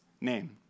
name